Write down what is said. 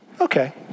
okay